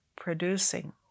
Producing